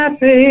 happy